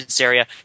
area